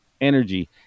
energy